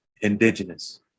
indigenous